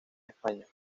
españa